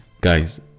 Guys